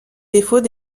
défauts